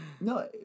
No